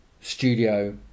studio